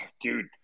dude